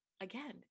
again